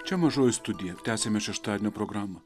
čia mažoji studija tęsiame šeštadienio programą